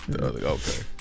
okay